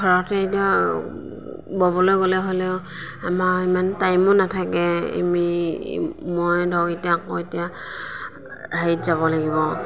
ঘৰতেই এতিয়া ববলৈ গ'লে হ'লেও আমাৰ ইমান টাইমো নাথাকে আমি ময়ে ধৰক এতিয়া আকৌ এতিয়া হেৰিত যাব লাগিব